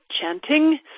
chanting